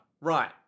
Right